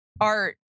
art